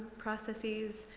processes.